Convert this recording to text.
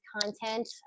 content